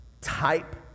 type